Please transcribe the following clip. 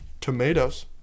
Tomatoes